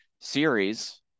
series